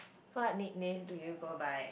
what nicknames do you go by